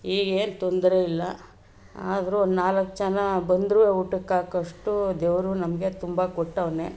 ಈಗೇನು ತೊಂದರೆ ಇಲ್ಲ ಆದರೂ ಒಂದು ನಾಲ್ಕು ಜನ ಬಂದ್ರೂ ಊಟಕ್ಕೆ ಹಾಕೋಷ್ಟು ದೇವರು ನಮಗೆ ತುಂಬ ಕೊಟ್ಟವನೆ